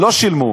שילמו.